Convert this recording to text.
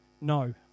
no